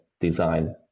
design